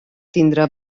tindre